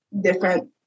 different